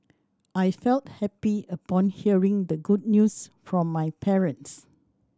I felt happy upon hearing the good news from my parents